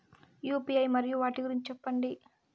UPI మరియు వాటి గురించి సెప్పండి?